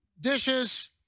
Dishes